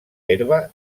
herba